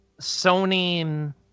sony